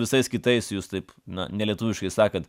visais kitais jūs taip nelietuviškai sakant